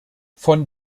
von